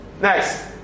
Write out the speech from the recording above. Next